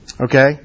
Okay